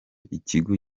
ikigo